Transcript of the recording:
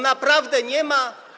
Naprawdę nie ma.